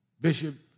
Bishop